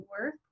work